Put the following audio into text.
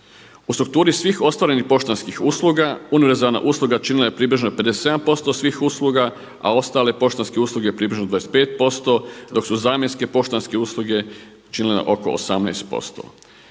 U strukturi svih ostvarenih poštanskih usluga univerzalna usluga činila je približno 57% svih usluga, a ostale poštanske usluge približno 25% dok su zamjenske poštanske usluge činile oko 18%.